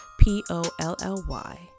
P-O-L-L-Y